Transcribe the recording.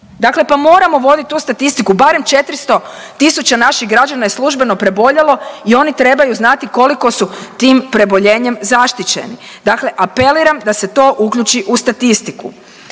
dakle pa moramo voditi tu statistiku. Barem 400.000 naših građana je službeno preboljelo i oni trebaju znati koliko su tim preboljenjem zaštićeni. Dakle, apeliram da se to uključi u statistiku.